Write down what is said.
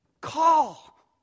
Call